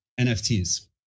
NFTs